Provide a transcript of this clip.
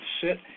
sit